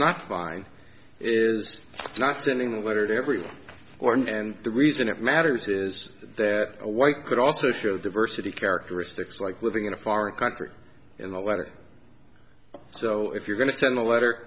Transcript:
not fine is not sending a letter to every one and the reason it matters is that a white could also show diversity characteristics like living in a foreign country in the letter so if you're going to send a letter